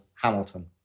Hamilton